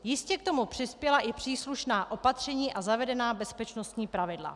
Jistě k tomu přispěla i příslušná opatření a zavedená bezpečnostní pravidla.